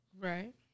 Right